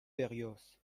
berrios